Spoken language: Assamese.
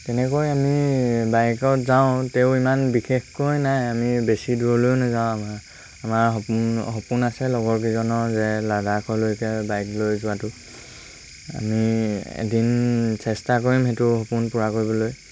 তেনেকৈ আমি বাইকত যাওঁ তেও ইমান বিশেষকৈ নাই আমি বেছি দূৰলৈয়ো নেযাওঁ আমাৰ সপোন সপোন আছে লগৰকেইজনৰ যে লাডাখলৈকে বাইক লৈ যোৱাটো আমি এদিন চেষ্টা কৰিম সেইটো সপোন পূৰা কৰিবলৈ